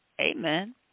amen